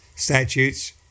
statutes